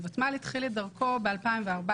הוותמ"ל התחיל את דרכו ב-2014,